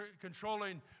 controlling